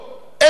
אפס.